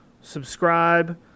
subscribe